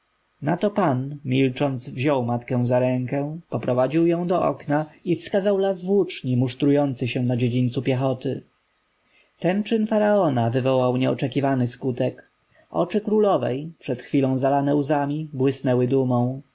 pan milcząc wziął matkę za rękę poprowadził ją do okna i wskazał las włóczni musztrującej się na dziedzińcu piechoty ten czyn faraona wywołał nieoczekiwany skutek oczy królowej przed chwilą zalane łzami błysnęły dumą